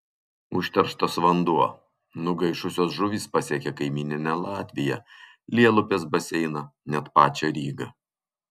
užterštas vanduo nugaišusios žuvys pasiekė kaimyninę latviją lielupės baseiną net pačią rygą